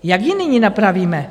Jak ji nyní napravíme?